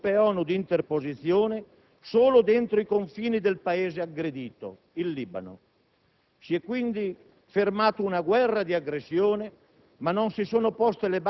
ponendo il problema del rilascio dei due soldati israeliani prigionieri in Libano senza nemmeno sfiorare quello delle centinaia di libanesi e palestinesi nelle carceri israeliane;